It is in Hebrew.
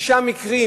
שישה מקרים